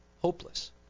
Hopeless